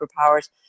superpowers